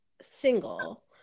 single